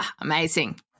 Amazing